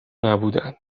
نبودن